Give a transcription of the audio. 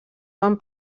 van